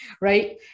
right